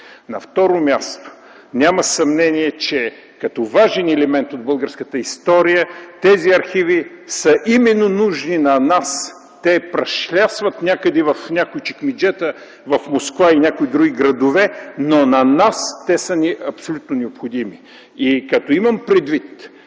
На второ място, няма съмнение, че като важен елемент от българската история тези архиви са именно нужни на нас. Те прашлясват някъде в някои чекмеджета в Москва и някои други градове, но на нас те са ни абсолютно необходими. Като имам предвид,